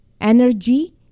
energy